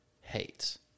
hates